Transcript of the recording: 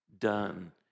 done